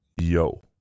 Yo